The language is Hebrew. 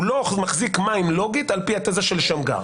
הוא לא מחזיק מים מבחינה לוגית על פי התזה של שמגר.